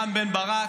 רם בן ברק,